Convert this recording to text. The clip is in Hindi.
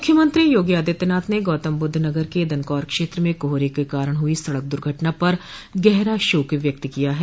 मुख्यमंत्री योगी आदित्यनाथ ने गौतमबुद्धनगर के दनकौर क्षेत्र में कोहरे के कारण हुई सड़क दुर्घटना पर गहरा शोक व्यक्त किया है